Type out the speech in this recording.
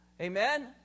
Amen